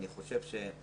חושב לא